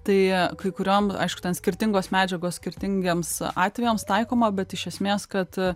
tai kai kuriom aišku ten skirtingos medžiagos skirtingiems atvejams taikoma bet iš esmės kad